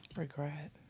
Regret